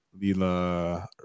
Lila